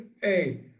Hey